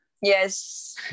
yes